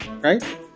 right